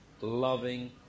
loving